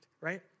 right